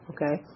Okay